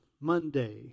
Monday